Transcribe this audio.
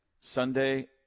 sunday